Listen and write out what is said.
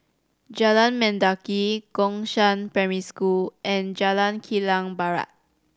Jalan Mendaki Gongshang Primary School and Jalan Kilang Barat